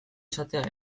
izatea